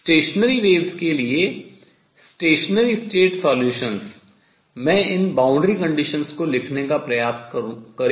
अप्रगामी तरंग के लिए स्थायी अवस्था हल में इन boundary conditions को लिखने का प्रयास करें